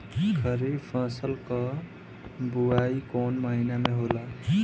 खरीफ फसल क बुवाई कौन महीना में होला?